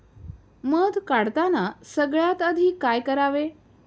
मध काढताना सगळ्यात आधी काय करावे?